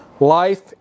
Life